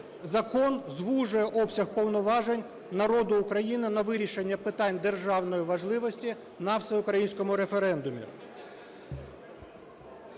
закон звужує обсяг повноважень народу України на вирішення питань державної важливості на всеукраїнському референдумі.